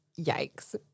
Yikes